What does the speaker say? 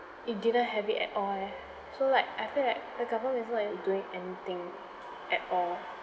it didn't have it at all eh so like I feel like the government is not even doing anything at all